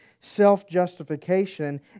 self-justification